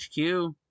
HQ